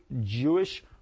Jewish